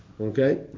Okay